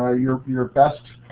ah your your best